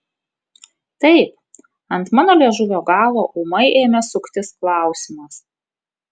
taip ant mano liežuvio galo ūmai ėmė suktis klausimas